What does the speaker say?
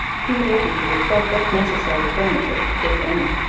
he would like you to report what necessary furniture, if any,